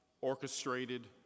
orchestrated